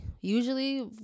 Usually